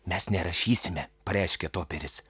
mes nerašysime pareiškė toperis